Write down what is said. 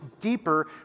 deeper